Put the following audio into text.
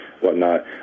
whatnot